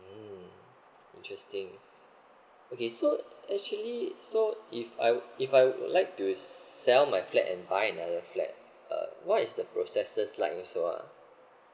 mm interesting okay so actually so if I w~ if I would like to sell my flat and buy another flat uh what is the processes like and so on